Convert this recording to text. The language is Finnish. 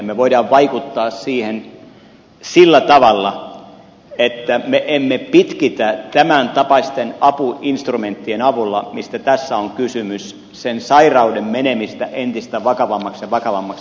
me voimme vaikuttaa siihen sillä tavalla että me emme pitkitä tämän tapaisten apuinstrumenttien avulla mistä tässä on kysymys sen sairauden menemistä entistä vakavammaksi ja vakavammaksi